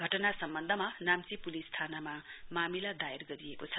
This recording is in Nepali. घटना समवन्धमा नाम्ची पुलिस थानामा मामिला दायर गरिएको छ